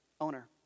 owner